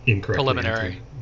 preliminary